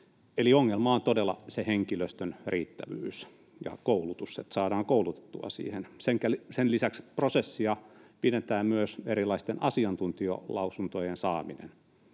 ongelma on todella se henkilöstön riittävyys ja koulutus, se, että saadaan koulutettua siihen. Sen lisäksi prosessia pidentää myös erilaisten asiantuntijalausuntojen saaminen.